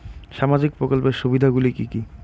সামাজিক প্রকল্পের সুবিধাগুলি কি কি?